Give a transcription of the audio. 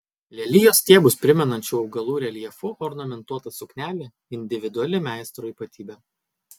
lelijos stiebus primenančių augalų reljefu ornamentuota suknelė individuali meistro ypatybė